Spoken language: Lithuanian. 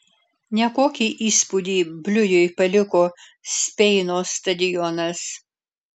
nekokį įspūdį bliujui paliko speino stadionas